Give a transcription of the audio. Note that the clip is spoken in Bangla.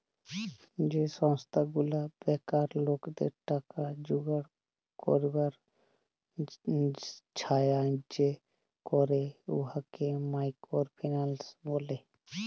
যে সংস্থা গুলা বেকার লকদের টাকা জুগাড় ক্যইরবার ছাহাজ্জ্য ক্যরে উয়াকে মাইকর ফিল্যাল্স ব্যলে